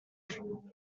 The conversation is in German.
sicherung